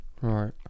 right